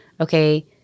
okay